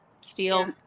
steel